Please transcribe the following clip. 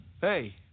Hey